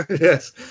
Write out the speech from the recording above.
Yes